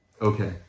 Okay